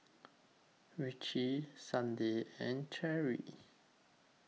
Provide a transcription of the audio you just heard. Ritchie Sydnee and Cherrie